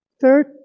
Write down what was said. Third